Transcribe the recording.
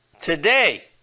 today